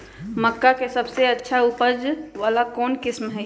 मक्का के सबसे अच्छा उपज वाला कौन किस्म होई?